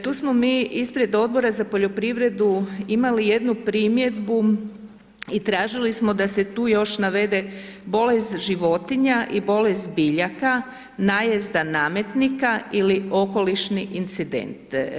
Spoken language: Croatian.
Tu smo mi ispred Odbora za poljoprivredu imali jednu primjedbu i tražili smo da se tu još navede bolest životinja i bolest biljaka, najezda nametnika ili okolišni incident.